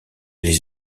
les